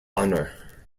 honour